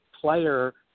player